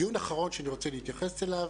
הדיון האחרון שאני רוצה להצביע עליו